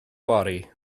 fory